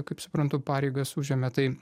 kaip suprantu pareigas užėmė tai